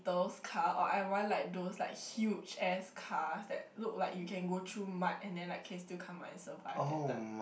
those car or I want like those like huge ass car that look like you can go through mud and then like case still come out and survive that type